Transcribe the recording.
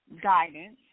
guidance